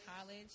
college